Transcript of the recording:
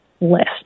list